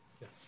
Yes